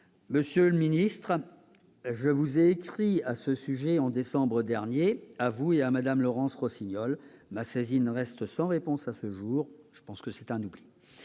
Monsieur le ministre, je vous ai écrit à ce sujet en décembre dernier, ainsi qu'à Mme Laurence Rossignol. Ma saisine reste sans réponse à ce jour, un oubli